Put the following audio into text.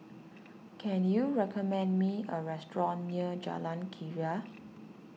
can you recommend me a restaurant near Jalan Keria